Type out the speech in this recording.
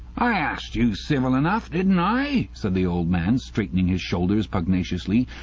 i arst you civil enough, didn't i said the old man, straightening his shoulders pugnaciously.